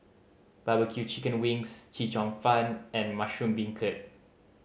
barbecue chicken wings Chee Cheong Fun and mushroom beancurd